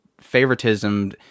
favoritism